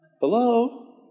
hello